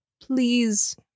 Please